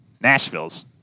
Nashville's